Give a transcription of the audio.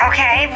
Okay